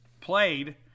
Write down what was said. played